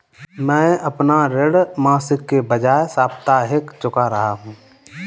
मैं अपना ऋण मासिक के बजाय साप्ताहिक चुका रहा हूँ